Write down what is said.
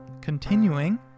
continuing